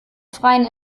freien